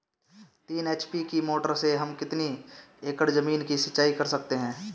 तीन एच.पी की मोटर से हम कितनी एकड़ ज़मीन की सिंचाई कर सकते हैं?